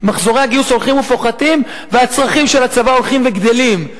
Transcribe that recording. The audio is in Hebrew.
מחזורי הגיוס הולכים ופוחתים והצרכים של הצבא הולכים וגדלים.